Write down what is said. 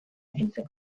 kentzeko